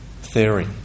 theory